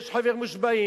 יש חבר מושבעים.